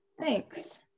Thanks